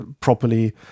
properly